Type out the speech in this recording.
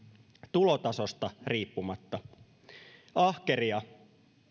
tulotasosta riippumatta ahkeria